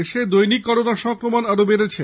দেশে দৈনিক করোনা সংক্রমণ আরও বেড়েছে